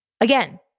Again